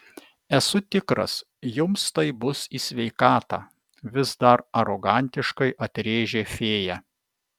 esu tikras jums tai bus į sveikatą vis dar arogantiškai atrėžė fėja